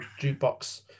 jukebox